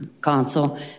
council